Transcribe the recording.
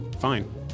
Fine